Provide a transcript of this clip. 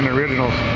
originals